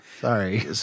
Sorry